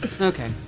Okay